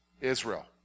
Israel